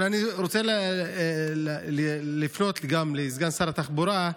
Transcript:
אבל אני רוצה לפנות גם לסגן שר התחבורה.